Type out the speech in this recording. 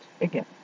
again